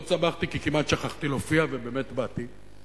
מאוד שמחתי, כי כמעט שכחתי להופיע ובאמת באתי.